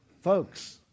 Folks